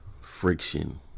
friction